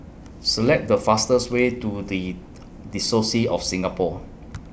Select The fastest Way to The Diocese of Singapore